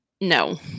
No